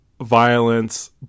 Violence